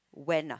when[ah]